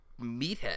meathead